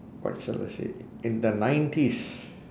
quite sad to say in the nineties